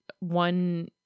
One